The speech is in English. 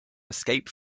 escape